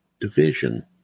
division